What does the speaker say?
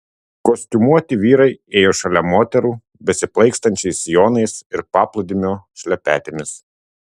kostiumuoti vyrai ėjo šalia moterų besiplaikstančiais sijonais ir paplūdimio šlepetėmis